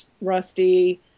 Rusty